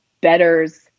betters